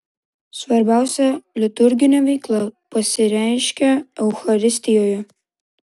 svarbiausia liturginė veikla pasireiškia eucharistijoje